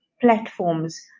platforms